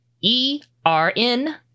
E-R-N